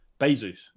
bezos